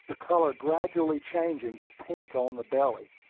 the color gradually changing to pink on the belly.